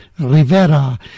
Rivera